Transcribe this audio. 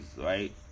right